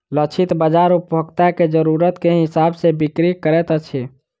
लक्षित बाजार उपभोक्ता के जरुरत के हिसाब सॅ बिक्री करैत अछि